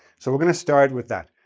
so, we're going to start with that.